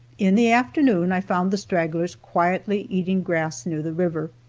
in the afternoon i found the stragglers quietly eating grass near the river,